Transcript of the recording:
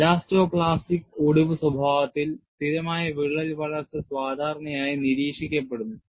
elasto plastic ഒടിവ് സ്വഭാവത്തിൽ സ്ഥിരമായ വിള്ളൽ വളർച്ച സാധാരണയായി നിരീക്ഷിക്കപ്പെടുന്നു